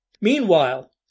Meanwhile